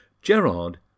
Gerard